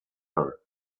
her